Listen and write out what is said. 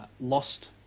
lost